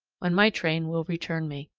when my train will return me.